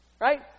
Right